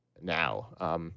now